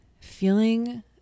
feeling